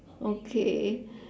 okay